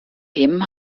themen